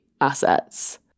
assets